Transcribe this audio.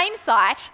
sight